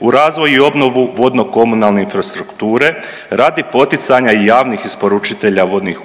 u razvoj i obnovu vodno komunalne infrastrukture radi poticanja i javnih isporučitelja vodnih